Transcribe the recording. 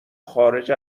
خارج